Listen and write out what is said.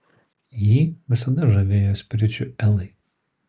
jį visada žavėjo spiričiuelai